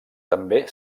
també